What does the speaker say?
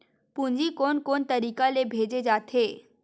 पूंजी कोन कोन तरीका ले भेजे जाथे?